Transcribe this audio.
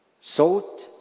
Salt